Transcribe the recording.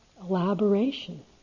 elaboration